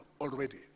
already